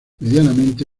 medianamente